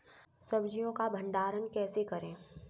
सब्जियों का भंडारण कैसे करें?